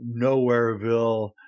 nowhereville